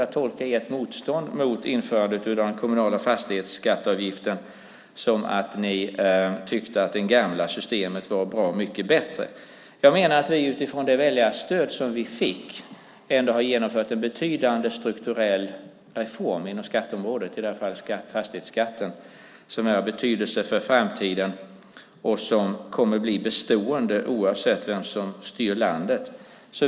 Jag tolkar ert motstånd mot införandet av den kommunala fastighetsavgiften som att ni tyckte att det gamla systemet var bra mycket bättre. Jag menar att vi utifrån det väljarstöd som vi fick ändå har genomfört en betydande strukturell reform inom skatteområdet som är av betydelse för framtiden för i det här fallet fastighetsskatten och som kommer att bli bestående oavsett vem som styr landet.